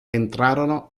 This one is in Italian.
entrarono